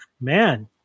man